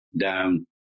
down